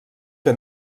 que